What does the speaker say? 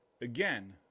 again